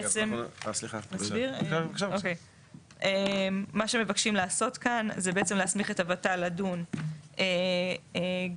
בעצם מה שמבקשים לעשות כאן זה בעצם להסמיך את הוות"ל לדון גם בתוכנית